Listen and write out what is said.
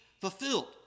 fulfilled